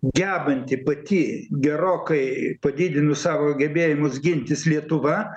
gebanti pati gerokai padidinus savo gebėjimus gintis lietuva